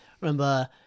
remember